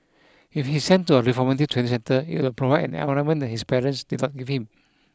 if he's sent to a reformative training centre it would provide an environment that his parents did not give him